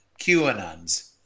QAnons